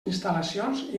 instal·lacions